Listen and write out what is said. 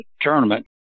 tournament